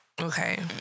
Okay